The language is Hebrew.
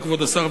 כבוד השר,